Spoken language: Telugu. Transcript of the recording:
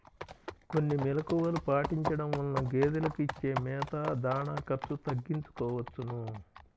కొన్ని మెలుకువలు పాటించడం వలన గేదెలకు ఇచ్చే మేత, దాణా ఖర్చు తగ్గించుకోవచ్చును